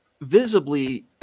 visibly